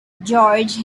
george